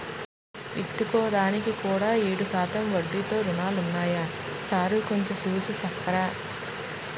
విత్తుకోడానికి కూడా ఏడు శాతం వడ్డీతో రుణాలున్నాయా సారూ కొంచె చూసి సెప్పరా